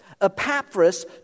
Epaphras